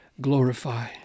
glorify